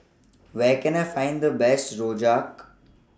Where Can I Find The Best Rojak